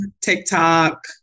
TikTok